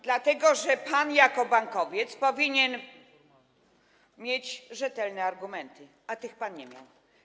Dlatego że pan jako bankowiec powinien mieć rzetelne argumenty, a tych pan nie miał.